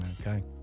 Okay